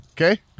Okay